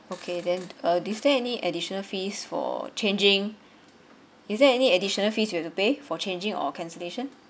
okay then uh is there any additional fees for changing is there any additional fees we have to pay for changing or cancellation